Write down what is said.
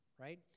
right